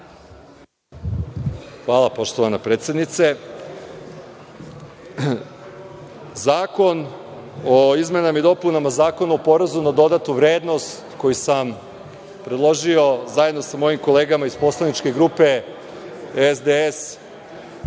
Hvala, poštovana predsednice. Zakon o izmenama i dopunama Zakona o porezu na dodatu vrednost koju sam predložio, zajedno sa mojim kolegama iz poslaničke grupe SDS,